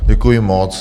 Děkuji moc.